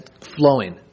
flowing